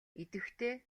идэвхтэй